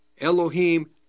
Elohim